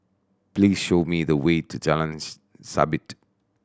please show me the way to Jalan Sabit